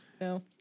No